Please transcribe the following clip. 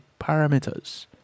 parameters